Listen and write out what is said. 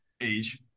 age